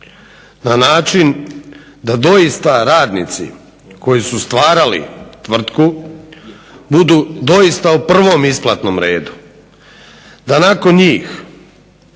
na način da doista radnici koji su stvarali tvrtku budu doista u pravom isplatnom redu. Da nakon njih